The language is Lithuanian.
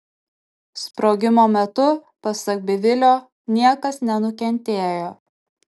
sprogimo metu pasak bivilio niekas nenukentėjo